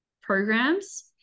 programs